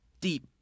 deep